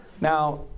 Now